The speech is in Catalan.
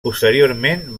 posteriorment